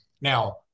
now